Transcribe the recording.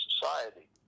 society